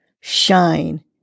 shine